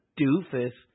doofus